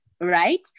right